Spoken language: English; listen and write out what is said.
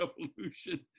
revolution